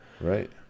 right